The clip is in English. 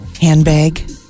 handbag